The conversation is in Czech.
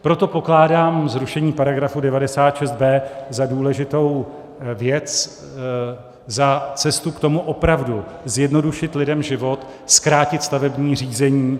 Proto pokládám zrušení § 96b za důležitou věc, za cestu k tomu opravdu zjednodušit lidem život, zkrátit stavební řízení.